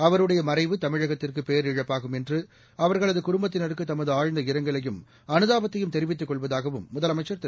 அவருடைய மறைவு தமிழகத்திற்கு பேரிழப்பாகும் என்று அவர்களது குடும்பத்தினருக்கு தமது ஆழ்ந்த இரங்கலையும் அனுதாபத்தையும் தெரிவித்துக் கொள்வதாகவும் முதலமைச்சா் திரு